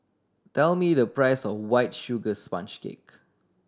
tell me the price of White Sugar Sponge Cake